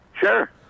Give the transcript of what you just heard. Sure